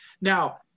now